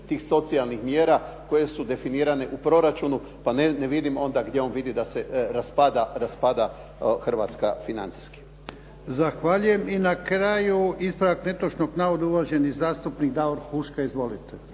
tih socijalnih mjera koje su definirane u proračunu pa ne vidim onda gdje on vidi da se raspada Hrvatska financijski. **Jarnjak, Ivan (HDZ)** Zahvaljujem. I na kraju ispravak netočnog navoda, uvaženi zastupnik Davor Huška, izvolite.